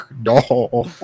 No